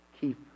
Keep